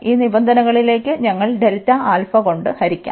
ഈ നിബന്ധനകളിലേക്ക് ഞങ്ങൾ കൊണ്ട് ഹരിക്കാം